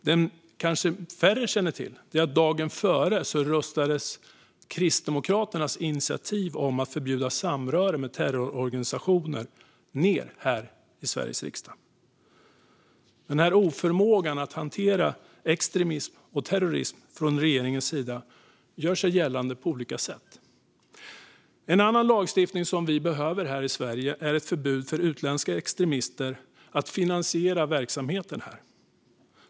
Det som kanske färre känner till är att dagen före röstades Kristdemokraternas initiativ om att förbjuda samröre med terrororganisationer ned här i Sveriges riksdag. Denna oförmåga att hantera extremism och terrorism från regeringens sida gör sig gällande på olika sätt. En annan lagstiftning som vi behöver här i Sverige är ett förbud för utländska extremister att finansiera verksamhet här.